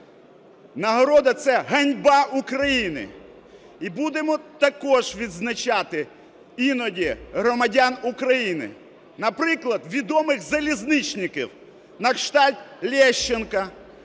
нагорода – це "ганьба України". І будемо також відзначати іноді громадян України, наприклад, відомих залізничників на кшталт Лещенка.